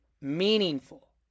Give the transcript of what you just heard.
meaningful